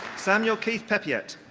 samuel keith peppiette